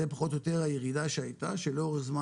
זה פחות או יותר הירידה שהיתה שלאורך זמן